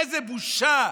איזו בושה.